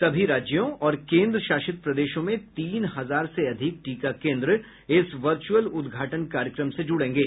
सभी राज्यों और केन्द्रशासित प्रदेशों में तीन हजार से अधिक टीका केन्द्र इस वर्चुअल उद्घाटन कार्यक्रम से जुड़ेंगे